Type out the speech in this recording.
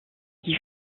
qui